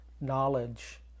knowledge